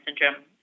syndrome